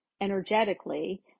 energetically